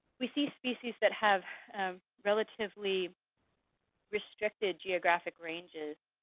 we see species that have relatively restricted geographic ranges,